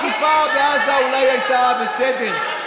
התקיפה בעזה אולי הייתה בסדר.